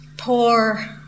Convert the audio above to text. Poor